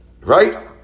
Right